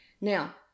Now